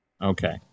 okay